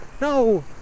No